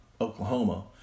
Oklahoma